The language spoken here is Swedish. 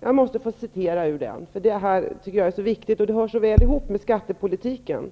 Jag måste få citera ur det, för det är så viktigt och hänger ihop med skattepolitiken: